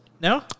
No